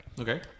Okay